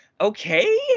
Okay